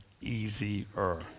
easier